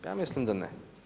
Ja mislim da ne.